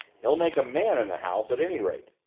he'll make a man in the house at any rate.